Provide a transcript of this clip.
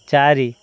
ଚାରି